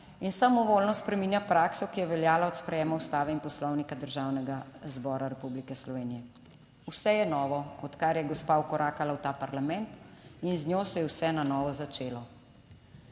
in samovoljno spreminja prakso, ki je veljala od sprejema ustave in Poslovnika Državnega zbora Republike Slovenije. Vse je novo od kar je gospa vkorakala v ta parlament. In z njo se je vse na novo začelo.